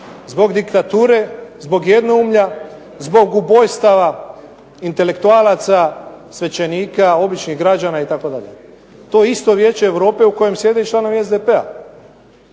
zbog diktature, zbog jednoumlja, zbog ubojstava intelektualaca, svećenika, običnih građana itd. To isto Vijeće Europe u kojem sjede i članovi SDP-a.